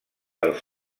els